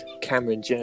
Cameron